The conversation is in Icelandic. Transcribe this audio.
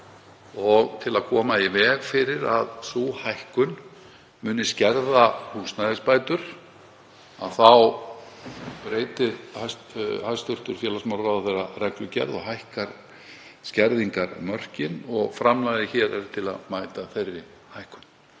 og til að koma í veg fyrir að sú hækkun skerði húsnæðisbætur. Þá breytir hæstv. félagsmálaráðherra reglugerð og hækkar skerðingarmörkin. Framlagið er til að mæta þeirri hækkun.